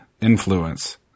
influence